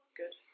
good